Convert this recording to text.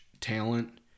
talent